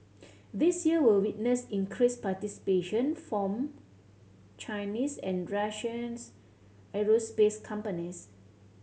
this year will witness increased participation from Chinese and Russians aerospace companies